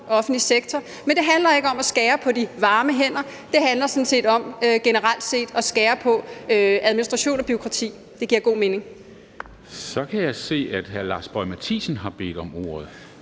offentlige sektor. Men det handler ikke om at skære ned på de varme hænder; det handler sådan set om generelt set at skære ned på administration og bureaukrati. Det giver god mening. Kl. 10:16 Formanden (Henrik Dam Kristensen): Så kan jeg se, at hr. Lars Boje Mathiesen har bedt om ordet.